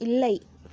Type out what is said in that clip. இல்லை